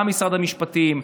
גם משרד המשפטים,